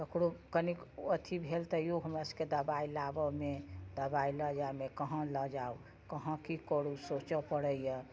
ककरो कनिक अथी भेल तऽ तैयो हमरा सबके दबाइ लाबऽमे दबाइ लअ जाइमे कहाँ लअ जाउ कहाँ की करू सोचऽ पड़ैये